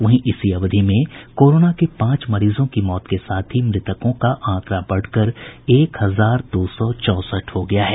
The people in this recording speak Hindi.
वहीं इसी अवधि में कोरोना के पांच मरीजों की मौत के साथ ही मृतकों का आंकड़ा बढ़कर एक हजार दो सौ चौंसठ हो गया है